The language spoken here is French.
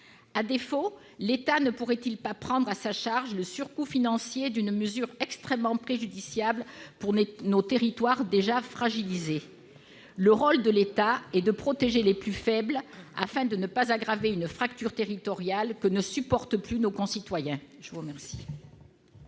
À défaut, l'État ne pourrait-il pas prendre à sa charge le surcoût financier d'une mesure extrêmement préjudiciable pour nos territoires déjà fragilisés ? Le rôle de l'État est de protéger les plus faibles afin de ne pas aggraver une fracture territoriale que ne supportent plus nos concitoyens.